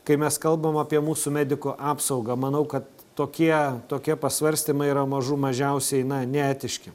kai mes kalbam apie mūsų medikų apsaugą manau kad tokie tokie pasvarstymai yra mažų mažiausiai neetiški